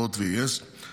הוט ו-yes,